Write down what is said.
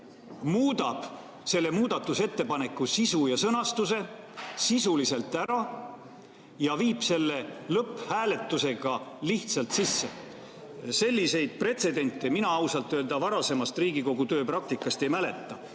muudab selle muudatusettepaneku sisu ja sõnastuse sisuliselt ära ja viib selle lõpphääletusega lihtsalt sisse. Selliseid pretsedente mina ausalt öelda varasemast Riigikogu tööpraktikast ei mäleta.